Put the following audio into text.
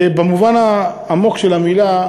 במובן העמוק של המילה.